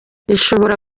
ishobora